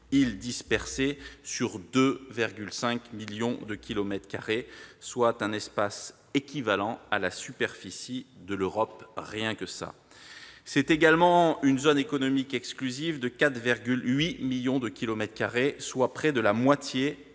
îles dispersées sur 2,5 millions de kilomètres carrés, soit un espace équivalent à la superficie de l'Europe. Rien que cela ! C'est également une zone économique exclusive de 4,8 millions de kilomètres carrés, soit près de la moitié de la